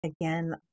again